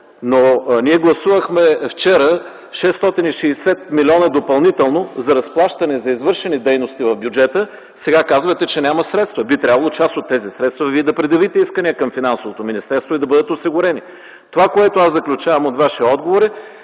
Ние вчера гласувахме 660 млн. допълнително за разплащане за извършени дейности в бюджета, а сега казвате, че няма средства. Би трябвало част от тези средства – Вие да предявите искания към Финансовото министерство, да бъдат осигурени. Това, което аз заключавам от Вашия отговор,